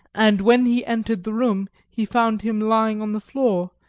and when he entered the room he found him lying on the floor,